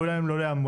ראוי להם לא להיאמר.